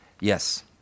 Yes